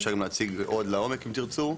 אפשר להציג עוד לעומק אם תרצו,